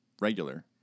Regular